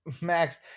Max